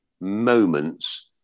moments